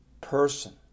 person